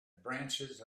branches